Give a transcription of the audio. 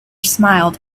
smiled